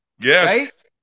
yes